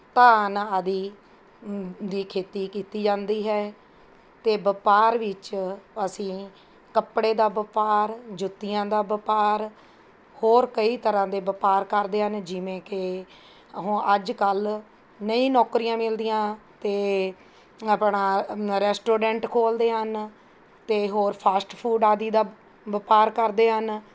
ਧਾਨ ਆਦਿ ਦੀ ਖੇਤੀ ਕੀਤੀ ਜਾਂਦੀ ਹੈ ਅਤੇ ਵਪਾਰ ਵਿੱਚ ਅਸੀਂ ਕੱਪੜੇ ਦਾ ਵਪਾਰ ਜੁੱਤੀਆਂ ਦਾ ਵਪਾਰ ਹੋਰ ਕਈ ਤਰ੍ਹਾਂ ਦੇ ਵਪਾਰ ਕਰਦੇ ਹਨ ਜਿਵੇਂ ਕਿ ਹੁ ਅੱਜ ਕੱਲ੍ਹ ਨਹੀਂ ਨੌਕਰੀਆਂ ਮਿਲਦੀਆਂ ਅਤੇ ਆਪਣਾ ਰੈਸਟੋਰੈਂਟ ਖੋਲਦੇ ਹਨ ਅਤੇ ਹੋਰ ਫਾਸਟ ਫੂਡ ਆਦਿ ਦਾ ਵਪਾਰ ਕਰਦੇ ਹਨ